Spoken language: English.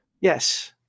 Yes